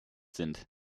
sind